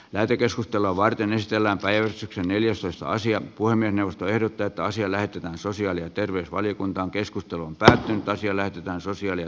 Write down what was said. lähetekeskustelua varten nesteellä vajaa neljäsosa asia kuin minusta ehdotetaan sielläkin sosiaali ja terveysvaliokunta keskustelun tärkein asia lähetetään sosiaali näyttävät